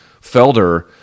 Felder